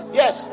yes